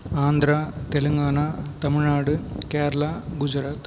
Andhra Telangana Tamil Nadu Kerala Gujarat